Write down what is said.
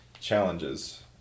challenges